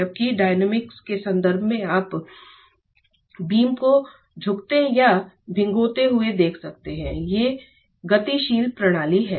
जबकि डायनामिक्स के संदर्भ में आप बीम को झुकते या भिगोते हुए देख सकते हैं ये गतिशील प्रणालियाँ हैं